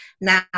now